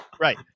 right